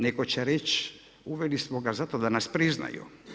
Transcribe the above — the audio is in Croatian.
Netko će reći, uveli smo ga zato da nas priznaju.